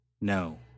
No